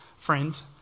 Friends